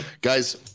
Guys